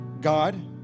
God